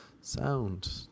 sound